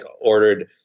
ordered